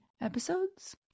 episodes